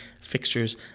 fixtures